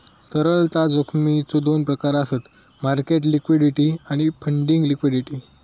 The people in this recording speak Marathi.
तरलता जोखमीचो दोन प्रकार आसत मार्केट लिक्विडिटी आणि फंडिंग लिक्विडिटी